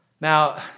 Now